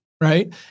Right